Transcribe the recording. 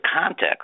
context